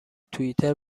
توییتر